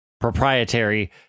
proprietary